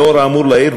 לאור האמור לעיל,